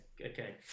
Okay